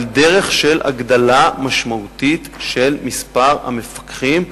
על דרך של הגדלה משמעותית של מספר המפקחים,